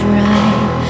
right